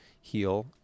heal